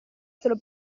solo